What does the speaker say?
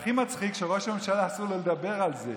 והכי מצחיק הוא שלראש הממשלה אסור לדבר על זה.